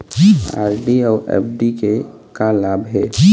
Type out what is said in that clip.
RD अऊ FD के का लाभ हे?